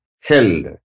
held